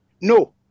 No